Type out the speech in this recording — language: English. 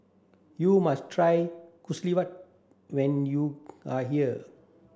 you must try when you are here